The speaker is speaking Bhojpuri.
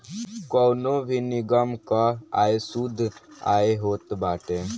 कवनो भी निगम कअ आय शुद्ध आय होत बाटे